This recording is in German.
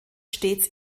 stets